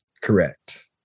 correct